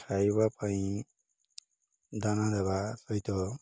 ଖାଇବା ପାଇଁ ଦାନା ଦେବା ସହିତ